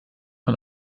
von